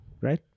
right